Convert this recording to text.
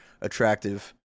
attractive